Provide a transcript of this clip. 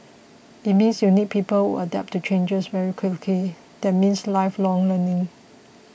it means you need people who adapt to changes very quickly that means lifelong learning